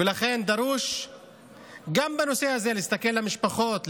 ולכן דרוש גם בנושא הזה להסתכל על המשפחות,